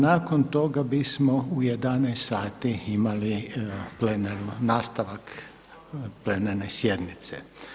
Nakon toga bismo u 11,00 sati imali nastavak plenarne sjednice.